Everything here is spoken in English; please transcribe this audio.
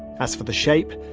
as for the shape,